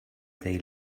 they